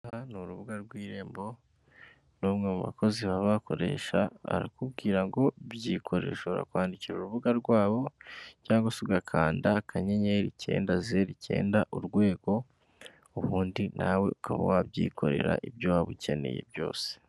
Aha ngaha ni urubuga rw'irembo n'umwe mu bakozi baba bakoresha, arakubwira ngo byikorere ushobora kwandikira urubuga rwabo, cyangwa se ugakanda akanyenyeri icyenda zeru icyenda urwego, ubundi nawe ukaba wabyikorera ibyo waba ukeneye byose.